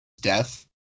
death